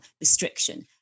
restriction